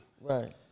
Right